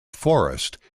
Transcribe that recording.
forest